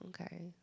okay